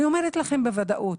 אני אומרת לכם בוודאות,